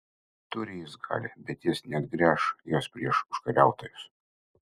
turi jis galią bet jis neatgręš jos prieš užkariautojus